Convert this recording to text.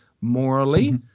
morally